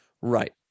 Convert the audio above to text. right